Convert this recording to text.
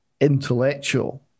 intellectual